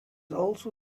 also